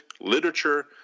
literature